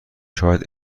شاید